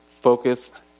focused